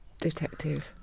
detective